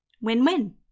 win-win